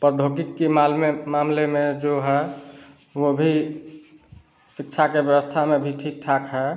प्रौद्योगिकी के मालमे मामले में जो है वह भी शिक्षा के व्यवस्था में भी ठीक ठाक है